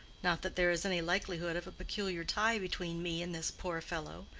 not that there is any likelihood of a peculiar tie between me and this poor fellow,